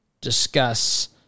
discuss